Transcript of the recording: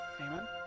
Amen